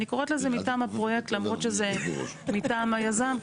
אני קוראת לזה מטעם הפרויקט למרות שזה מטעם היזם,